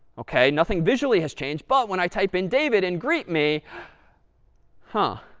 ok, nothing visually has changed, but when i type in david and greet me huh.